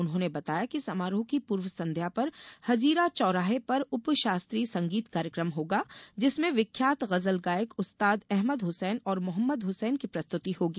उन्होंने बताया कि समारोह की पूर्व संध्या पर हजीरा चौराहे पर उप शास्त्रीय संगीत कार्यक्रम होगा जिसमें विख्यात गज़ल गायक उस्ताद अहमद हुसैन और मोहम्मद हुसैन की प्रस्तुति होगी